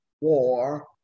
war